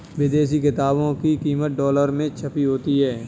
विदेशी किताबों की कीमत डॉलर में छपी होती है